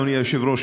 אדוני היושב-ראש,